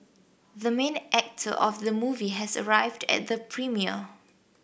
the main actor of the movie has arrived at the premiere